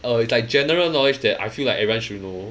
err it's like general knowledge that I feel like everyone should know